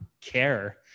care